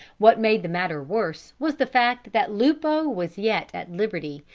what made the matter worse, was the fact that lupo was yet at liberty,